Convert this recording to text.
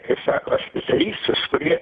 kaip sako specialistus kurie